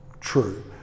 true